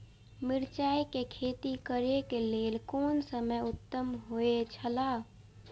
मिरचाई के खेती करे के लेल कोन समय उत्तम हुए छला?